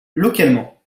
localement